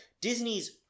Disney's